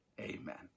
Amen